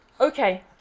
Okay